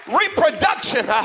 reproduction